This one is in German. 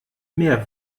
mehr